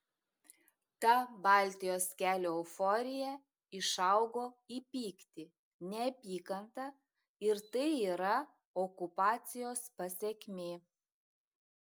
ta baltijos kelio euforija išaugo į pyktį neapykantą ir tai yra okupacijos pasekmė